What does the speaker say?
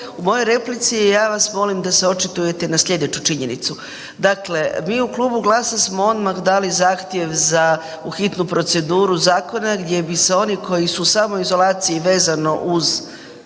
U mojoj replici ja vas molim da se očitujete na slijedeću činjenicu. Dakle, mi u Klubu GLAS-a smo odmah dali zahtjev za u hitnu proceduru zakona gdje bi se oni koji su u samoizolaciji vezano uz